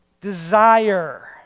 Desire